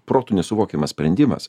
protu nesuvokiamas sprendimas